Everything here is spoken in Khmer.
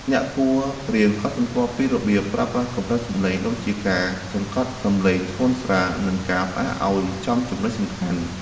អ្នកគួររៀនកត់សម្គាល់ពីរបៀបប្រើប្រាស់កម្រិតសំឡេង ដូចជាការសង្កត់សំឡេងធ្ងន់ស្រាល និងការផ្អាកឱ្យចំចំណុចសំខាន់។